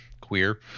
queer